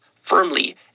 firmly